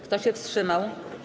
Kto się wstrzymał?